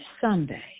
Sunday